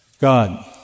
God